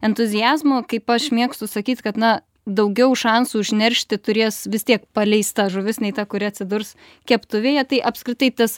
entuziazmu kaip aš mėgstu sakyt kad na daugiau šansų užneršti turės vis tiek paleista žuvis nei ta kuri atsidurs keptuvėje tai apskritai tas